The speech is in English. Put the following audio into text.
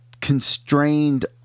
constrained